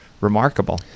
remarkable